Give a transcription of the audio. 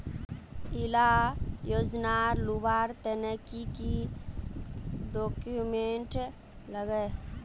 इला योजनार लुबार तने की की डॉक्यूमेंट लगे?